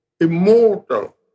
immortal